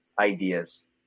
ideas